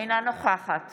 אינה נוכחת